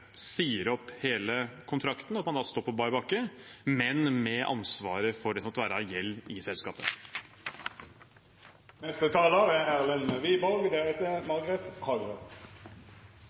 sier opp hele kontrakten, og at man da står på bar bakke, men med ansvaret for det som måtte være av gjeld i selskapet. Det jeg hører av debatten, tyder på at det er